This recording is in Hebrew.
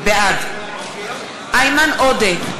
בעד איימן עודה,